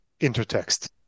intertext